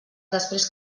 després